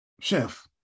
Chef